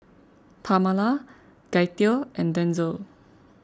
Pamala Gaither and Denzell